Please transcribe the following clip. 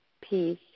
peace